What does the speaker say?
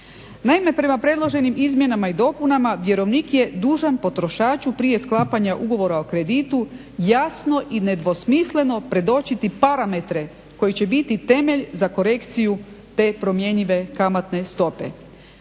Naime, prema predloženim izmjenama i dopunama vjerovnik je dužan potrošaču prije sklapanja ugovora o kreditu jasno i nedvosmisleno predočiti parametre koji će biti temelj za korekciju te promjenjive kamatne stope.